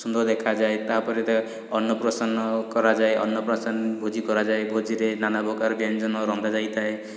ସୁନ୍ଦର ଦେଖାଯାଏ ତା'ପରେ ତା ଅର୍ଣ୍ଣ ପ୍ରସନ୍ନ କରାଯାଏ ଅର୍ଣ୍ଣ ପ୍ରସନ୍ନ ଭୋଜି କରାଯାଏ ଭୋଜିରେ ନାନା ପ୍ରକାର ବ୍ୟଞ୍ଜନ ରନ୍ଧାଯାଇଥାଏ